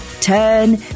turn